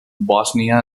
bosnia